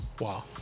Wow